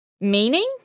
Meaning